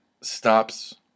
stops